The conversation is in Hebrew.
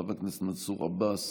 חבר הכנסת מנסור עבאס,